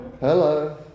Hello